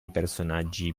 personaggi